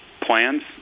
plans